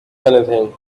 anything